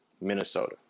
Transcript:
Minnesota